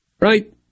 Right